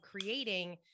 creating